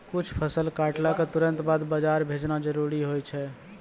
कुछ फसल कटला क तुरंत बाद बाजार भेजना जरूरी होय छै